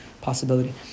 possibility